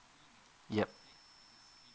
yup